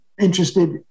interested